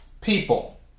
people